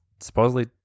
supposedly